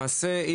למעשה,